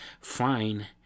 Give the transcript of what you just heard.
fine